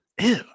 Ew